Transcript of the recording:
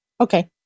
Okay